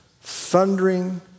thundering